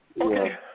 Okay